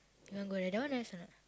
you want go there that one nice or not